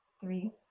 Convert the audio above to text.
three